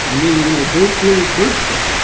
i mean, you know, bird flu is bird flu.